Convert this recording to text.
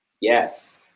Yes